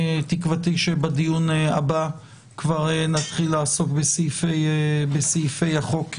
תקוותי שבדיון הבא כבר נתחיל לעסוק בסעיפי החוק עצמם.